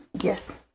Yes